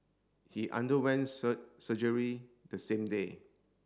he underwent surgery the same day